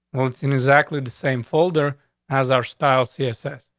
well, it's in exactly the same folder as our style css.